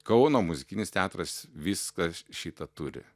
kauno muzikinis teatras viską šitą turi